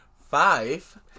five